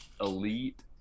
elite